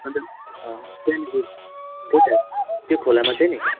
अनि त त्यहीँनेरि त्यही त त्यो खोलामा चाहिँ नि